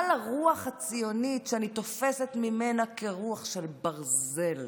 מה לרוח הציונית, שאני תופסת ממנה רוח של ברזל,